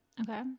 Okay